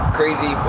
crazy